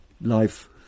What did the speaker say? life